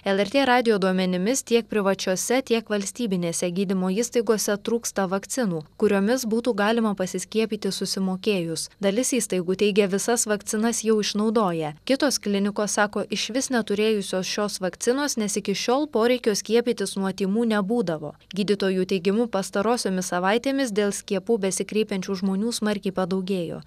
lrt radijo duomenimis tiek privačiose tiek valstybinėse gydymo įstaigose trūksta vakcinų kuriomis būtų galima pasiskiepyti susimokėjus dalis įstaigų teigia visas vakcinas jau išnaudoję kitos klinikos sako išvis neturėjusios šios vakcinos nes iki šiol poreikio skiepytis nuo tymų nebūdavo gydytojų teigimu pastarosiomis savaitėmis dėl skiepų besikreipiančių žmonių smarkiai padaugėjo